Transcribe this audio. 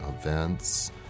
events